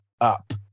up